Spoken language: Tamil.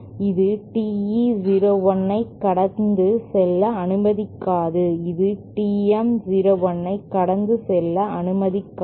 இது TE 01 ஐ கடந்து செல்ல அனுமதிக்காது இது TM 01 ஐ கடந்து செல்ல அனுமதிக்காது